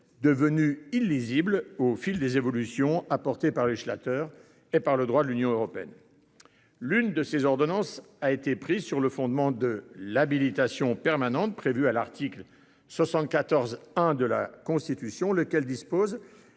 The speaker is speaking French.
devenu illisible au fil des évolutions apportées par le législateur et par la transposition du droit de l'Union européenne. L'une de ces ordonnances a été prise sur le fondement de l'habilitation permanente, prévue à l'article 74-1 de la Constitution, lequel prévoit